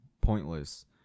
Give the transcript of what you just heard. pointless